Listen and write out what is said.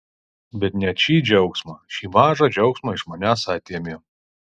bet net šį džiaugsmą šį mažą džiaugsmą iš manęs atėmė